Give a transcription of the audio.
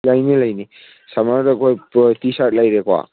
ꯂꯩꯅꯤ ꯂꯩꯅꯤ ꯁꯝꯃꯔꯗ ꯑꯩꯈꯣꯏ ꯇꯤ ꯁꯥꯔꯠ ꯂꯩꯔꯦꯀꯣ